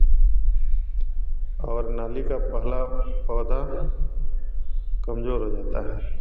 और नाली का पहला पौधा कमज़ोर हो जाता है